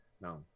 No